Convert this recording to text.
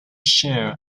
share